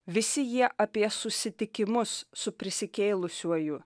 visi jie apie susitikimus su prisikėlusiuoju